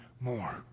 more